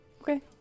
Okay